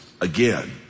again